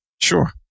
Sure